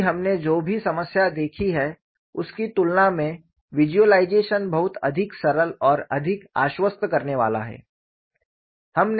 अभी हमने जो भी समस्या देखी है उसकी तुलना में विज़ुअलाइज़ेशन बहुत अधिक सरल और अधिक आश्वस्त करने वाला है